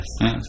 Yes